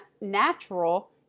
natural